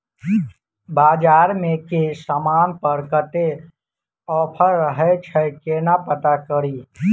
बजार मे केँ समान पर कत्ते ऑफर रहय छै केना पत्ता कड़ी?